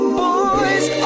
boys